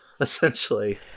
essentially